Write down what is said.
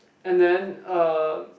and then uh